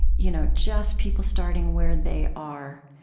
you know just people starting where they are,